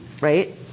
Right